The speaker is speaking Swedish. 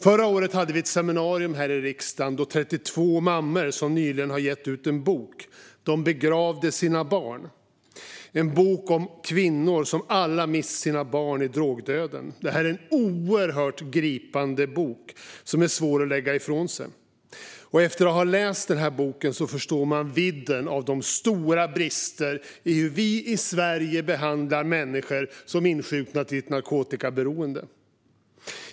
Förra året hade vi ett seminarium här i riksdagen med 32 mammor som nyligen hade gett ut en bok - De begravde sina barn . Det är en bok om kvinnor som alla mist sina barn i drogdöden. Detta är en oerhört gripande bok som är svår att lägga ifrån sig. Efter att ha läst denna bok förstår man vidden av de stora bristerna i hur vi i Sverige behandlar människor som insjuknat i ett narkotikaberoende.